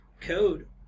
code